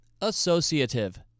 associative